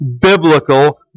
biblical